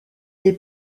est